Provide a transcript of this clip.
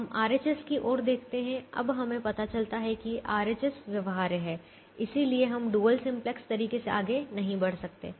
हम RHS की ओर देखते हैं अब हमें पता चलता है कि RHS व्यवहार्य है इसलिए हम डुअल सिंपलेक्स तरीके से आगे नहीं बढ़ सकते हैं